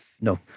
no